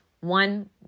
One